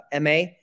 MA